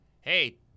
hey